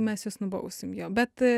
mes jus nubausim jo bet